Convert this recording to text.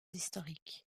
historiques